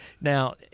Now